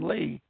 Lee